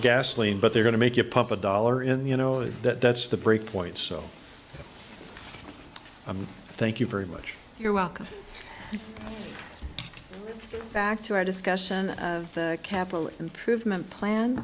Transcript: gasoline but they're going to make you a pup a dollar in you know that that's the break point so i'm thank you very much you're welcome back to our discussion of capital improvement plan